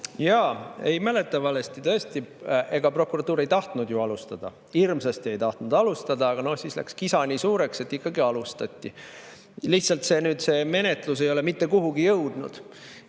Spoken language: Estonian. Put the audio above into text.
Ei mäleta valesti. Tõesti, ega prokuratuur ei tahtnud [menetlust] alustada, hirmsasti ei tahtnud alustada, aga siis läks kisa nii suureks, et alustati. Lihtsalt see menetlus ei ole mitte kuhugi jõudnud.